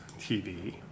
TV